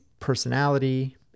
personality